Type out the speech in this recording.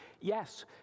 yes